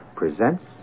presents